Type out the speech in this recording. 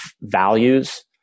values